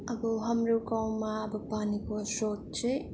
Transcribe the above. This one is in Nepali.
अब हाम्रो गाउँमा अब पानीको श्रोत चाहिँ